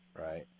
right